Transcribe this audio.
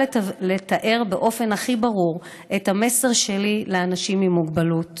לתאר באופן הכי ברור את המסר שלי לאנשים עם מוגבלות